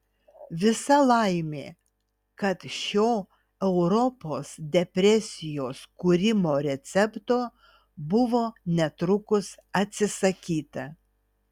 visa laimė kad šio europos depresijos kūrimo recepto buvo netrukus atsisakyta